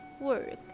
work